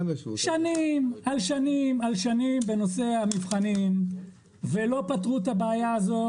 שנים על שנים על שנים בנושא המבחנים ולא פתרו את הבעיה הזו